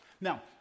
Now